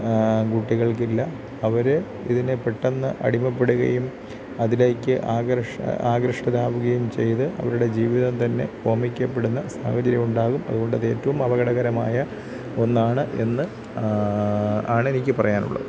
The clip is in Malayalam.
കുട്ടികൾക്കില്ല അവർ ഇതിന് പെട്ടെന്ന് അടിമപ്പെടുകയും അതിലേക്ക് ഷ്ടരാവുകയും ചെയ്ത് അവരുടെ ജീവിതം തന്നെ ഹോമിക്കപ്പെടുന്ന സാഹചര്യമുണ്ടാകും അതുകൊണ്ട് അത് ഏറ്റോം അപകടകരമായ ഒന്നാണ് എന്ന് ആണെനിക്ക് പറയാനുള്ളത്